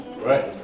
Right